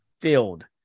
filled